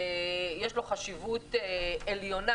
שיש לו חשיבות עליונה